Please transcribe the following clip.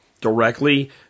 directly